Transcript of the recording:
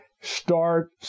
Start